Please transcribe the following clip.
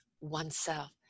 oneself